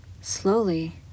Slowly